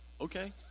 Okay